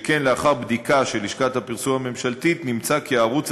שכן לאחר בדיקה של לשכת הפרסום הממשלתית נמצא כי ערוץ